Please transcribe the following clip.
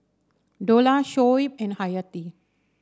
Dollah Shoaib and Hayati